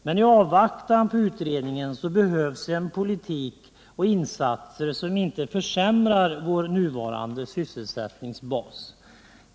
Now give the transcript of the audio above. Men i avvaktan på utredningen behövs en politik och insatser som icke försämrar vår nuvarande sysselsättningsbas.